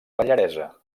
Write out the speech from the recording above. pallaresa